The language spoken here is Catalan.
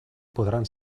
podran